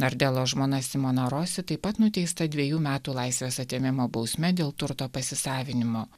ardelo žmona simona rosi taip pat nuteista dvejų metų laisvės atėmimo bausme dėl turto pasisavinimo